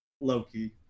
Loki